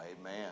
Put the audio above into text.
amen